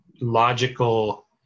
logical